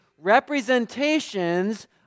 representations